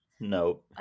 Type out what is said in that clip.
No